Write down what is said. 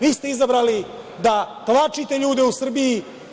Vi ste izabrali da tlačite ljude Srbiji.